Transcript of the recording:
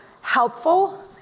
helpful